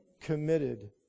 committed